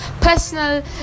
personal